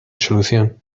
solución